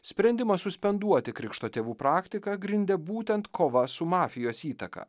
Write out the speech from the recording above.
sprendimą suspenduoti krikšto tėvų praktiką grindė būtent kova su mafijos įtaka